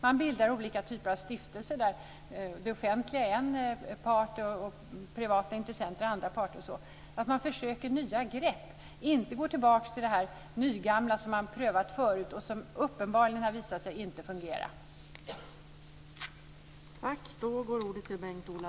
Man bildar olika typer av stiftelser där det offentliga är en part och privata intressenter utgör andra parter. Man försöker nya grepp. Man går inte tillbaka till det nygamla som man har prövat förut och som uppenbarligen har visat sig inte fungera.